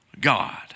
God